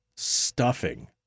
stuffing